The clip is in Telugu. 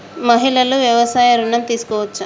మహిళలు వ్యవసాయ ఋణం తీసుకోవచ్చా?